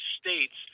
states